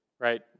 right